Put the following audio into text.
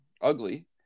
Ugly